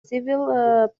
civil